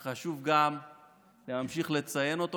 שחשוב גם להמשיך לציין אותו,